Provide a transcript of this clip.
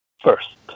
First